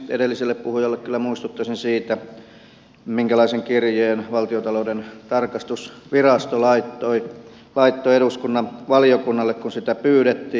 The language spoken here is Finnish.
edelliselle puhujalle kyllä muistuttaisin siitä minkälaisen kirjeen valtiontalouden tarkastusvirasto laittoi eduskunnan valiokunnalle kun sitä pyydettiin